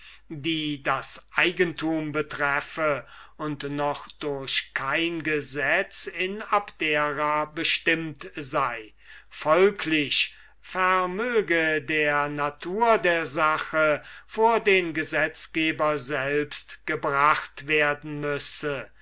die das eigentum betreffe und noch durch kein gesetz in abdera bestimmt sei folglich vermöge der natur der sache vor den gesetzgeber selbst gebracht werden müsse